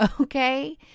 Okay